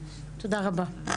תודה רבה.